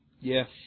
Yes